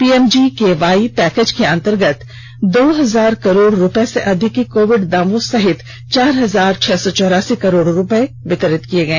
PMGKY package के अंतर्गत दो हजार करोड रुपये से अधिक के कोविड दावों सहित चार हजार छह सौ चौरासी करोड़ रुपये वितरित किए गए